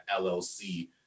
LLC